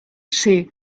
ser